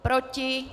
Proti?